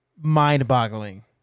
mind-boggling